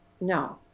no